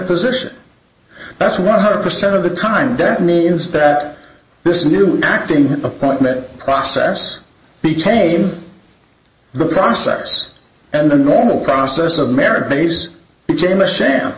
position that's one hundred percent of the time that means that this new acting appointment process be tame the process and the normal process of marriage pays became a sham